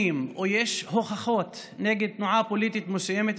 או יש הוכחות כנגד תנועה פוליטית מסוימת,